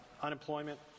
unemployment